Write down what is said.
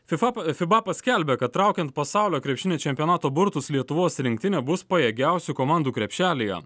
fifap fiba paskelbė kad traukiant pasaulio krepšinio čempionato burtus lietuvos rinktinė bus pajėgiausių komandų krepšelyje